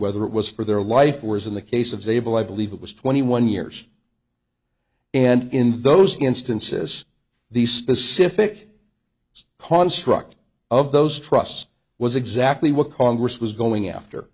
whether it was for their life whereas in the case of abel i believe it was twenty one years and in those instances these specific construct of those trust was exactly what congress was going after